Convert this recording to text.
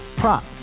prop